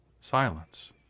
silence